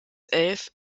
elf